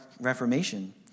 Reformation